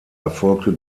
erfolgte